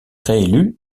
réélu